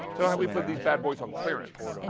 so we put these bad boys on clearance.